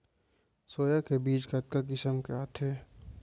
Soya के बीज कतका किसम के आथे?